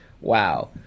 wow